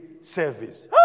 service